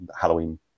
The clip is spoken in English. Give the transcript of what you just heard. Halloween